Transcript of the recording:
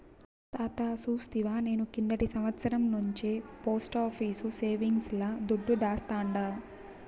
తాతా సూస్తివా, నేను కిందటి సంవత్సరం నుంచే పోస్టాఫీసు సేవింగ్స్ ల దుడ్డు దాస్తాండా